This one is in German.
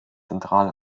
zentral